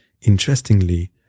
interestingly